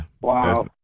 Wow